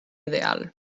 ideal